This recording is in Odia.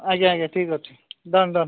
ଆଜ୍ଞା ଆଜ୍ଞା ଠିକ ଅଛି ଡନ୍ ଡନ୍